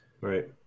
right